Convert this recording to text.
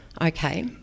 Okay